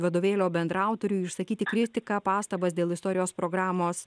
vadovėlio bendraautoriui išsakyti kritiką pastabas dėl istorijos programos